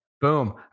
Boom